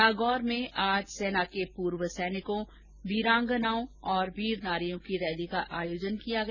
नागौर में आज सेना के पूर्व सैनिकों वीरांगनाओं और वीर नारियों की रैली का आयोजन किया गया